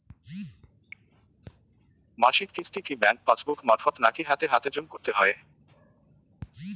মাসিক কিস্তি কি ব্যাংক পাসবুক মারফত নাকি হাতে হাতেজম করতে হয়?